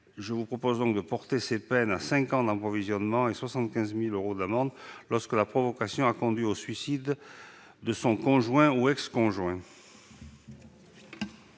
Il est proposé de porter ces peines à cinq ans d'emprisonnement et à 75 000 euros d'amende lorsque la provocation a conduit au suicide de son conjoint ou ex-conjoint.